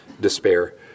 despair